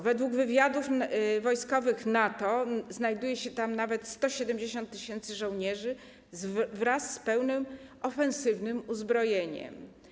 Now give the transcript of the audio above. Według wywiadów wojskowych NATO znajduje się tam nawet 170 tys. żołnierzy wraz z pełnym ofensywnym uzbrojeniem.